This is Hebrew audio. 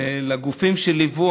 לגופים שליוו,